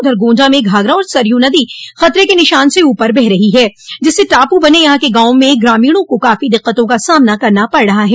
उधर गोण्डा में घाघरा और सरयू नदी खतरे के निशान से ऊपर बह रही हैं जिससे टापू बने यहां के गांवों में ग्रामीणों को काफी दिक्कतों का सामना करना पड़ रहा है